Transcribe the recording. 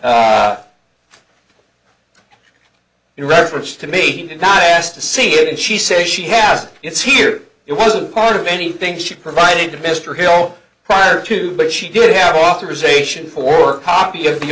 in reference to me and asked to see it she says she has it's here it wasn't part of anything she provided to mr hill prior to but she did have authorization for copy of the